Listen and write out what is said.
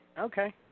okay